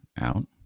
out